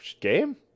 game